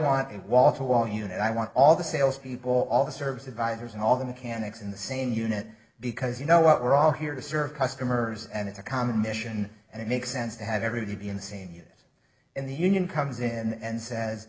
want it was a wall unit i want all the salespeople all the service advisors and all the mechanics in the same unit because you know what we're all here to serve customers and it's a common mission and it makes sense to have everybody be insane in the union comes in and says